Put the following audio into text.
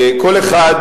בכל אופן,